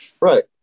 Right